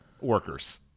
workers